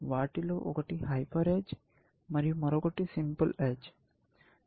వాటిలో ఒకటి hyper edge మరియు మరొకటి సింపుల్ ఎడ్జ్